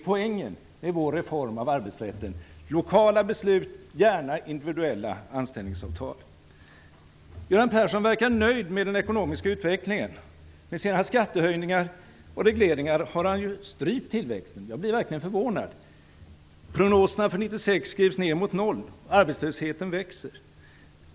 Poängen med vår reform av arbetsrätten är att det skall vara lokala beslut och gärna individuella anställningsavtal. Göran Persson verkar nöjd med den ekonomiska utvecklingen. Med sina skattehöjningar och regleringar har han ju strypt tillväxten, så jag blir verkligen förvånad. Prognoserna för 1996 skrivs ned mot noll. Arbetslösheten växer.